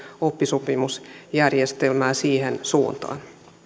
oppisopimusjärjestelmää siihen suuntaan